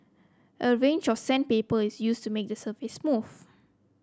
a range of sandpaper is used to make the surface smooth